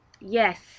Yes